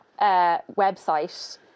website